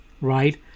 right